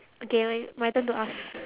okay my my turn to ask